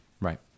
Right